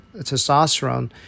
testosterone